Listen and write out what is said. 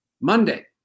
Monday